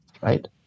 right